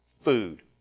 food